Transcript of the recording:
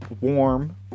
warm